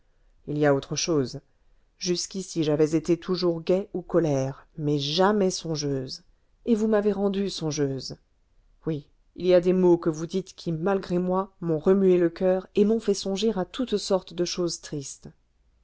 il y a autre chose jusqu'ici j'avais été toujours gaie ou colère mais jamais songeuse et vous m'avez rendue songeuse oui il y a des mots que vous dites qui malgré moi m'ont remué le coeur et m'ont fait songer à toutes sortes de choses tristes